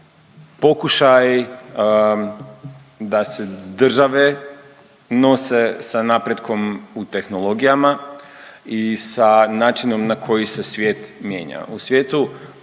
pokušaj da se države nose sa napretkom u tehnologijama i sa načinom na koji se svijet mijenja. U svijetu